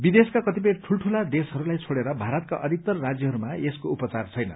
विदेशका कतिपय ठूल्ठूला देशहरूलाई छोड़ेर भारतका अधिक्तर राज्यहरूमा यसको उपचार छैन